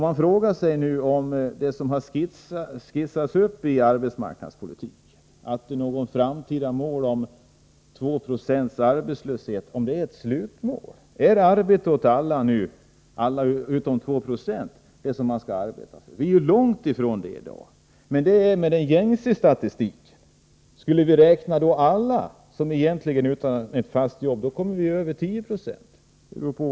Man frågar sig nu om det mål på 2 90 arbetslöshet som skisserades upp inom arbetsmarknadspolitiken är ett slutmål. Är arbete åt alla utom åt 2 96 vad man skall arbeta för? Vi är ju långt ifrån där i dag med gängse statistik. Skulle man räkna alla som egentligen saknar fast jobb, kommer man över 10 96.